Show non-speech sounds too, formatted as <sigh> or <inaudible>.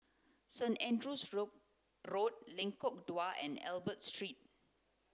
Saint Andrew's Road <unintelligible> Lengkong Dua and Albert Street